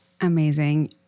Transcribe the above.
Amazing